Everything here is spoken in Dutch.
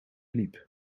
liep